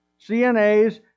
CNAs